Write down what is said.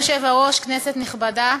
אדוני היושב-ראש, כנסת נכבדה,